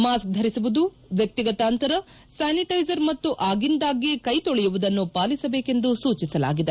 mask ಧರಿಸುವುದು ವ್ಯಕ್ತಿಗತ ಅಂತರ ಸ್ಕಾನಿಟೇಜರ್ ಮತ್ತು ಆಗ್ಗಿಂದಾಗ್ಗೆ ಕೈ ತೊಳೆಯುವುದನ್ನು ಪಾಲಿಸಬೇಕೆಂದು ಸೂಚಿಸಲಾಗಿದೆ